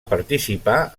participar